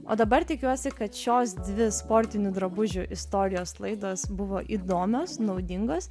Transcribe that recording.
o dabar tikiuosi kad šios dvi sportinių drabužių istorijos laidos buvo įdomios naudingos